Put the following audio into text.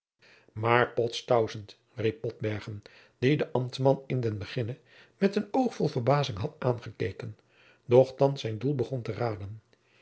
maar potz tausent riep botbergen die den ambtman in den beginne met een oog vol verbazing had aangekeken doch thands zijn doel begon te raden